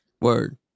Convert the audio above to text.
Word